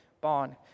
bond